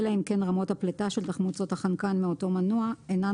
אלא אם כן רמות הפליטה של תחמוצות החנקן מאותו מנוע אינן